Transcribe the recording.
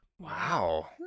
Wow